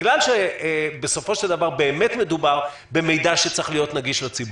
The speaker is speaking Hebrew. בגלל שבסופו של דבר באמת מדובר במידע שצריך להיות נגיש לציבור,